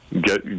get